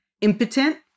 impotent